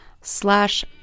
slash